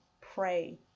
pray